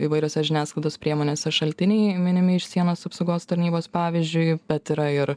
įvairiose žiniasklaidos priemonėse šaltiniai minimi iš sienos apsaugos tarnybos pavyzdžiui bet yra ir